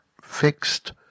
fixed